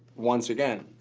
once again,